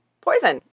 poison